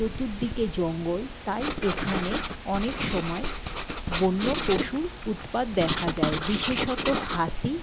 চতুর্দিকে জঙ্গল তাই এখানে অনেক সময় বন্য পশুর উৎপাত দেখা যায় বিশেষত হাতি